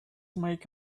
make